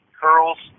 curls